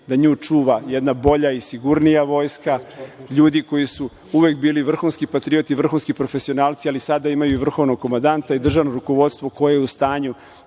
da nju čuva jedna bolja i sigurnija Vojska, ljudi koji su uvek bili vrhunski patrioti, vrhunski profesionalci, ali sada imaju i vrhovnog komandanta i državno rukovodstvo koje je u stanju